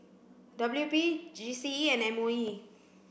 W P G C E and M O E